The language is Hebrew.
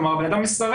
כלומר הבן אדם מסרב.